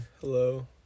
Hello